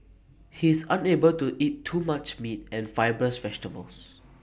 he is unable to eat too much meat and fibrous vegetables